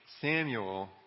Samuel